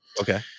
Okay